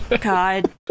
god